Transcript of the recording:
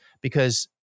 because-